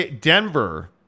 Denver